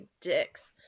dicks